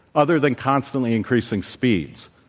other than constantly increasing speeds,